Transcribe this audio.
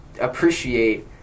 appreciate